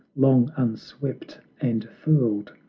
long unswept and furled,